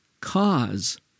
cause